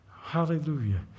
hallelujah